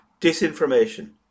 disinformation